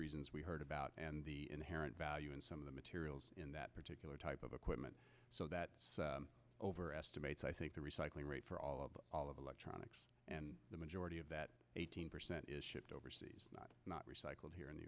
reasons we heard about and the inherent value in some of the mature in that particular type of equipment so that over estimates i think the recycling rate for all of the electronics and the majority of that eighteen percent is shipped overseas not recycled here in the